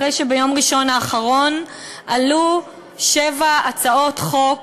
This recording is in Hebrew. אחרי שביום ראשון האחרון עלו שבע הצעות חוק